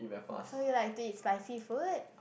so you like to eat spicy food